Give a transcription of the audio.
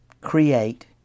create